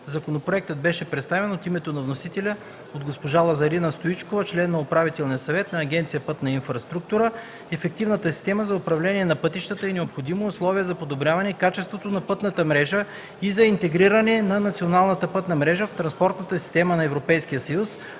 Законопроектът беше представен от името на вносителя от госпожа Лазарина Стоичкова – член на Управителния съвет на Агенция „Пътна инфраструктура”. Ефективната система за управление на пътищата е необходимо условие за подобряване качеството на пътната мрежа и за интегриране на националната пътна мрежа в транспортната система на Европейския съюз.